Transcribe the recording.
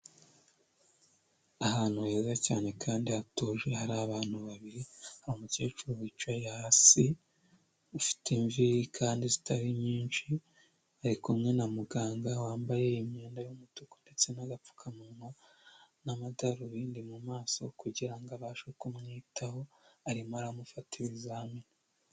Ahantu heza cyane kandi hatuje hari abantu babiri. Hari umukecuru wicaye hasi ufite imvi kandi zitari nyinshi ari kumwe na muganga wambaye imyenda y'umutuku ndetse n'agapfukamunwa n'amadarubindi mu maso kugirango abashe kumwitaho arima amufata ibizamini.